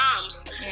arms